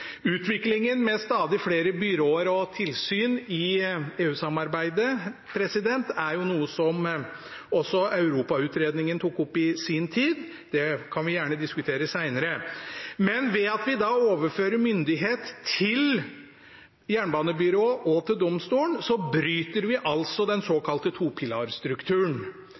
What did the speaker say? Utviklingen med stadig flere byråer og tilsyn i EU-samarbeidet er jo noe som også Europa-utredningen tok opp i sin tid. Det kan vi gjerne diskutere senere. Ved at vi overfører myndighet til jernbanebyrået og til domstolen, bryter vi altså den såkalte topilarstrukturen.